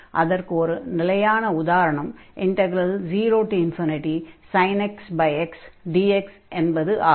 அதற்கு ஒரு நிலையான உதாரணம் 0sin x xdx என்பது ஆகும்